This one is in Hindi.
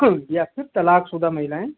या फिर तलाक़शुदा महिलाएँ